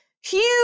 huge